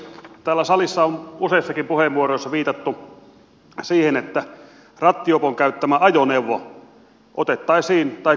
täällä salissa on useissakin puheenvuoroissa viitattu siihen että rattijuopon käyttämä ajoneuvo konfiskoitaisiin valtiolle